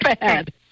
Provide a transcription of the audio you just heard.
bad